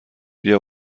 بیا